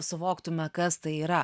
suvoktume kas tai yra